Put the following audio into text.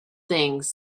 things